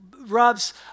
Rob's